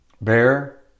bear